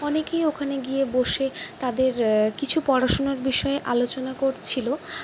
অনেকেই ওখানে গিয়ে বসে তাদের কিছু পড়াশুনার বিষয়ে আলোচনা করছিলো